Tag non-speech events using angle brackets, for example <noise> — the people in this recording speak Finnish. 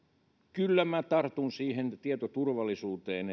kyllä minä tartun siihen tietoturvallisuuteen <unintelligible>